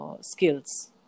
skills